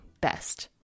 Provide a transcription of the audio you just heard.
best